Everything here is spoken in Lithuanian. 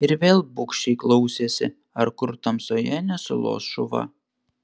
ir vėl bugščiai klausėsi ar kur tamsoje nesulos šuva